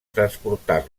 transportar